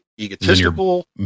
egotistical